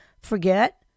forget